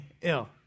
ill